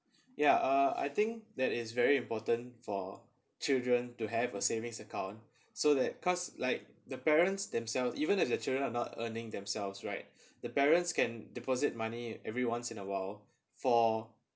ya uh I think that is very important for children to have a savings account so that cause like the parents themselves even if their children are not earning themselves right the parents can deposit money every once in a while for